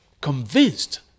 convinced